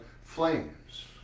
flames